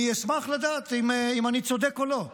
אני אשמח לדעת אם אני צודק או לא.